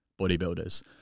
bodybuilders